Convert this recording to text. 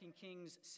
Kings